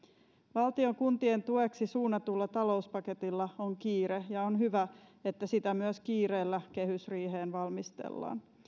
valtion kuntien tueksi suunnatulla talouspaketilla on kiire ja on hyvä että sitä myös kiireellä kehysriiheen valmistellaan